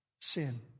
sin